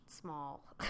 small